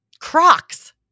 Crocs